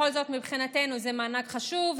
בכל זאת מבחינתנו זה מענק חשוב,